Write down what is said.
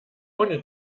ohne